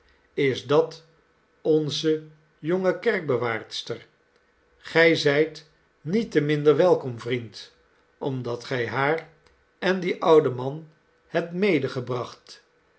is dat onze jonge kerkbewaarster gij zijt niet te minder welkom vriend omdat gij haar en dien ouden man hebt